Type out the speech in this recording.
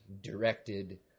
directed